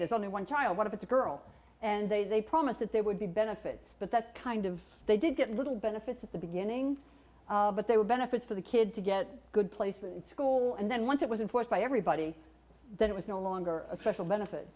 there's only one child what if it's a girl and they promise that they would be benefits but that kind of they did get little benefits at the beginning but they were benefits for the kid to get a good placement in school and then once it was in force by everybody that it was no longer a special benefit